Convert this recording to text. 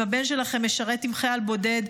אם הבן שלכם משרת עם חייל בודד,